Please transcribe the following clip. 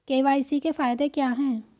KYC के फायदे क्या है?